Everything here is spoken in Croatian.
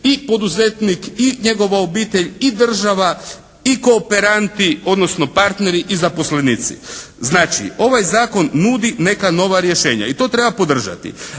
i poduzetnik i njegova obitelj i država i kooperanti, odnosno partneri i zaposlenici. Znači ovaj zakon nudi neka nova rješenja, i to treba podržati.